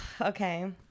Okay